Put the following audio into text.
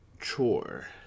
chore